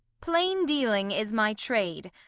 plain-dealing is my trade,